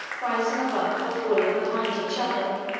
rising above, or falling behind, each other,